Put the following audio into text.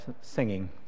singing